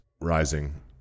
rising